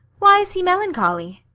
why is he melancholy?